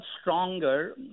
stronger